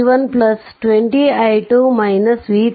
40i120i2 VThevenin 0